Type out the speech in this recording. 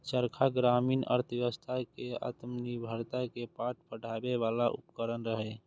चरखा ग्रामीण अर्थव्यवस्था कें आत्मनिर्भरता के पाठ पढ़बै बला उपकरण रहै